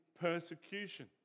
persecution